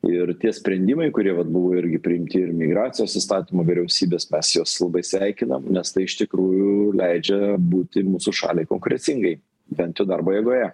ir tie sprendimai kurie vat buvo irgi priimti ir migracijos įstatymo vyriausybės mes juos labai sveikinam nes tai iš tikrųjų leidžia būti mūsų šaliai konkurecingai bent jau darbo jėgoje